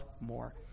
more